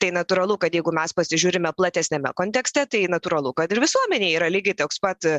tai natūralu kad jeigu mes pasižiūrime platesniame kontekste tai natūralu kad ir visuomenėj yra lygiai toks pat